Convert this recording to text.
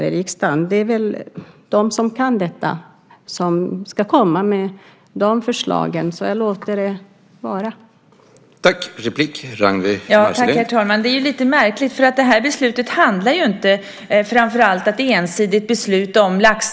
I stället ska de som kan detta komma med förslagen. Jag låter det alltså vara.